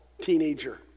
teenager